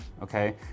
Okay